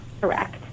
correct